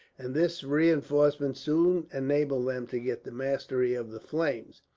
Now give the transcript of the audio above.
and this reinforcement soon enabled them to get the mastery of the flames.